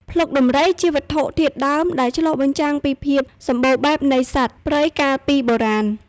ភ្លុកដំរីជាវត្ថុធាតុដើមដែលឆ្លុះបញ្ចាំងពីភាពសម្បូរបែបនៃសត្វព្រៃកាលពីបុរាណ។